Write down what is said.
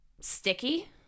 sticky